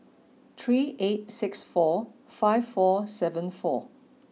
three eight six four five four seven four